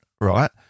right